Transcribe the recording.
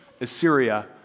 Assyria